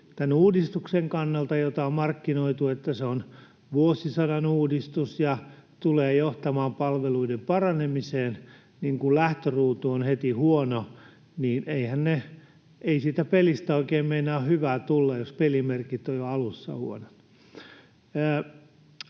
tämän uudistuksen kannalta, jota on markkinoitu, että se on vuosisadan uudistus ja tulee johtamaan palveluiden paranemiseen, sellainen, että kun lähtöruutu on heti huono, niin eihän siitä pelistä oikein meinaa hyvä tulla, jos pelimerkit ovat jo alussa huonot.